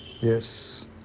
Yes